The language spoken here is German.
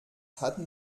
hatten